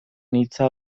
hitza